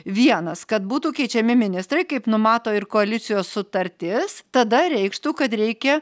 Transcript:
vienas kad būtų keičiami ministrai kaip numato ir koalicijos sutartis tada reikštų kad reikia